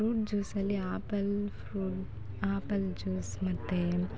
fruit ಜ್ಯೂಸಲ್ಲಿ apple fruit apple juice ಮತ್ತು